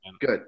good